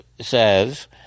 says